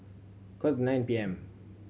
quarter nine P M